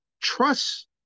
trust